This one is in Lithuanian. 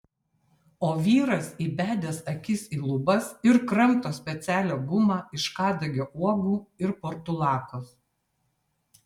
o vyras įbedęs akis į lubas ir kramto specialią gumą iš kadagio uogų ir portulakos